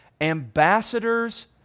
Ambassadors